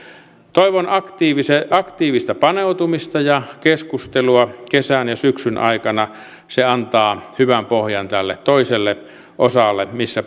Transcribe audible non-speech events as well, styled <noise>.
toivon aktiivista aktiivista paneutumista ja keskustelua kesän ja syksyn aikana se antaa hyvän pohjan tälle toiselle osalle missä <unintelligible>